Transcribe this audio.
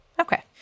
Okay